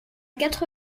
quatre